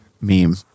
meme